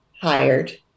hired